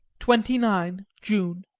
twenty nine june.